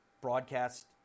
broadcast